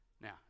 Now